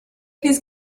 these